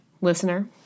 Listener